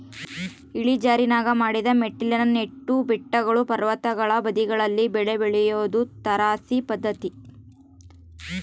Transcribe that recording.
ಇಳಿಜಾರಿನಾಗ ಮಡಿದ ಮೆಟ್ಟಿಲಿನ ನೆಟ್ಟು ಬೆಟ್ಟಗಳು ಪರ್ವತಗಳ ಬದಿಗಳಲ್ಲಿ ಬೆಳೆ ಬೆಳಿಯೋದು ತಾರಸಿ ಪದ್ಧತಿ